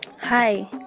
Hi